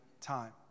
time